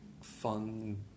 fun